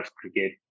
cricket